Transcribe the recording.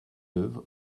œuvre